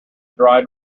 dried